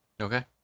Okay